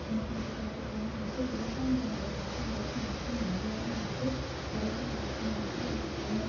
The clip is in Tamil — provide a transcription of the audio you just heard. இப்போ பாத்துட்டோம்னா வந்துட்டு விவசாயம் பண்ணுறதுக்காக அரசு வந்துட்டு இன்னும் நிறையாவே வந்துட்டு சலுகை ஆகட்டும் நிதி ஆகட்டும்